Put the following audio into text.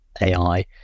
AI